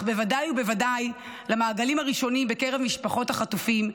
אך בוודאי ובוודאי למעגלים הראשונים בקרב משפחות החטופים,